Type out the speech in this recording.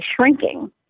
shrinking